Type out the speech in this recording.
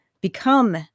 become